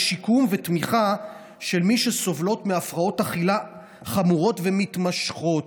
לשיקום ותמיכה במי שסובלות מהפרעות אכילה חמורות ומתמשכות.